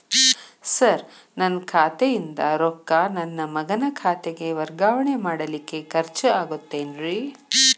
Sir ನನ್ನ ಖಾತೆಯಿಂದ ರೊಕ್ಕ ನನ್ನ ಮಗನ ಖಾತೆಗೆ ವರ್ಗಾವಣೆ ಮಾಡಲಿಕ್ಕೆ ಖರ್ಚ್ ಆಗುತ್ತೇನ್ರಿ?